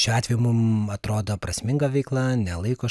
šiuo atveju mum atrodo prasminga veikla ne laiko